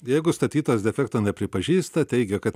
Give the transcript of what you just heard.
jeigu statytojas defekto nepripažįsta teigia kad